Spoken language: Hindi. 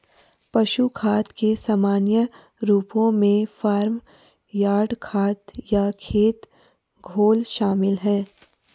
पशु खाद के सामान्य रूपों में फार्म यार्ड खाद या खेत घोल शामिल हैं